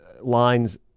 lines